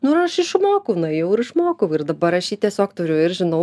nu ir aš išmokau nuėjau ir išmokau ir dabar aš jį tiesiog turiu ir žinau